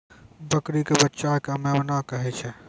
बकरी के बच्चा कॅ मेमना कहै छै